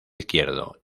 izquierdo